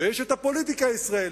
ויש את הפוליטיקה הישראלית,